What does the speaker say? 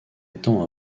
étant